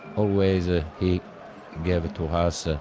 always ah he gave to us